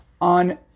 on